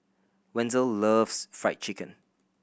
Wenzel loves Fried Chicken